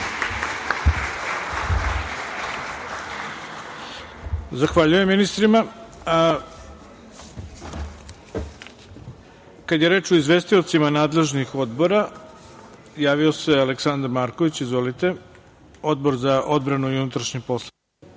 Zahvaljujem ministrima. Kada je reč o izvestiocima nadležnih odbora, javio se Aleksandar Marković, Odbor za odbranu i unutrašnje poslove.